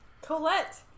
Colette